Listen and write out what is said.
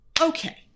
Okay